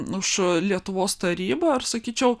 už lietuvos tarybą ir sakyčiau